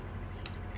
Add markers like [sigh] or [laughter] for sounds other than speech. [noise]